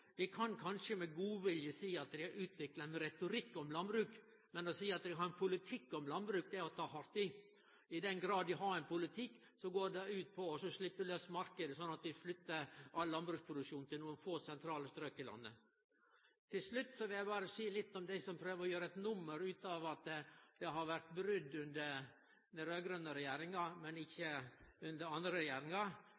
Vi kan kanskje – med godvilje – seie at dei har utvikla ein retorikk om landbruk, men å seie at dei har ein politikk om landbruk er å ta hardt i. I den grad dei har ein politikk, går han ut på å sleppe laus marknaden, slik at dei flyttar all landbruksproduksjon til nokre få sentrale strøk i landet. Til slutt vil eg berre seie litt om dei som prøver å gjere eit nummer ut av at det har vore brot under den raud-grøne regjeringa, men ikkje